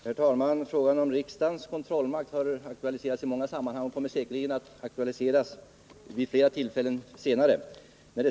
Herr talman! Frågan om riksdagens kontrollmakt har aktualiserats i många sammanhang och kommer säkerligen att göra det vid flera kommande tillfällen.